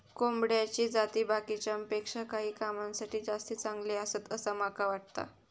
कोंबड्याची जाती बाकीच्यांपेक्षा काही कामांसाठी जास्ती चांगले आसत, असा माका वाटता